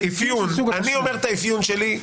אני אומר את האפיון שלי.